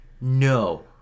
no